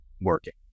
working